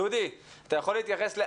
דודי, אתה יכול להתייחס?